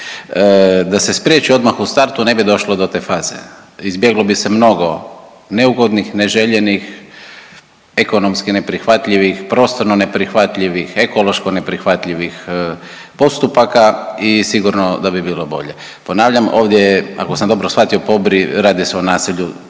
Da se spriječi odmah u startu ne bi došlo do te faze, izbjeglo bi se mnog neugodnih, neželjenih, ekonomski neprihvatljivih, prostorno neprihvatljivih, ekološko neprihvatljivih postupaka i sigurno da bi bilo bolje. Ponavljam, ovdje je ako sam dobro shvatio Pobri radi se o naselju